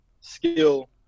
skill